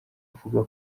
avuga